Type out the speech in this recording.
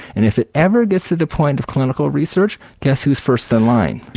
and if it ever gets to the point of clinical research, guess who's first in line?